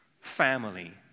family